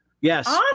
Yes